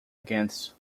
against